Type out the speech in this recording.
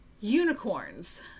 Unicorns